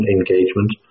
engagement